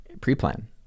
pre-plan